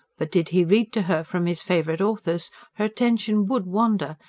but did he read to her from his favourite authors her attention would wander,